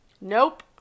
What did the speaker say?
Nope